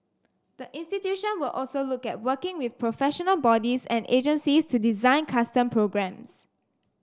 the institution will also look at working with professional bodies and agencies to design custom programmes